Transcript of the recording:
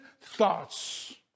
thoughts